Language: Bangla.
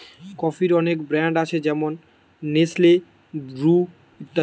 কফির অনেক ব্র্যান্ড আছে যেমন নেসলে, ব্রু ইত্যাদি